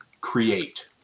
create